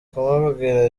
kumubwira